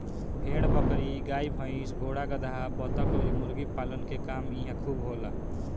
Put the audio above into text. भेड़ बकरी, गाई भइस, घोड़ा गदहा, बतख अउरी मुर्गी पालन के काम इहां खूब होला